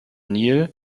nil